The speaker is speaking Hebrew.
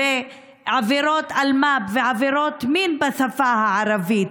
בעבירות אלימות במשפחה ועבירות מין בשפה הערבית,